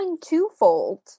twofold